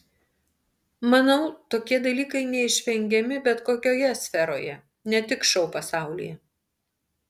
manau tokie dalykai neišvengiami bet kokioje sferoje ne tik šou pasaulyje